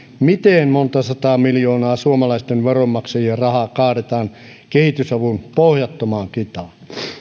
miten monta sataa miljoonaa suomalaisten veronmaksajien rahaa kaadetaan kehitysavun pohjattomaan kitaan